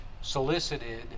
solicited